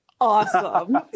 Awesome